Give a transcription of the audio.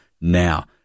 now